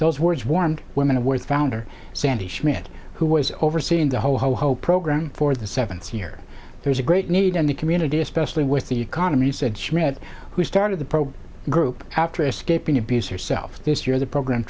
those words warmed women of worth founder sandy schmidt who was overseeing the whole hope program for the seventh year there's a great need in the community especially with the economy said smith who started the program group after escaping abuse herself this year the program